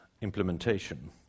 implementation